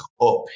up